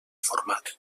format